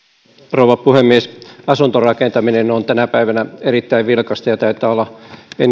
rouva puhemies asuntorakentaminen on tänä päivänä erittäin vilkasta ja taitaa olla